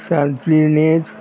Santa Inez